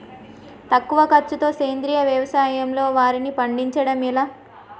తక్కువ ఖర్చుతో సేంద్రీయ వ్యవసాయంలో వారిని పండించడం ఎలా?